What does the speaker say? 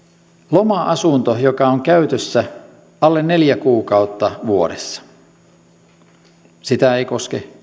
loma asuntoa joka on käytössä alle neljä kuukautta vuodessa eivät koske